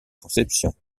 conception